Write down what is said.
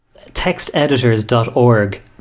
texteditors.org